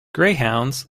greyhounds